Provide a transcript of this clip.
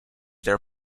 their